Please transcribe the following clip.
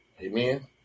Amen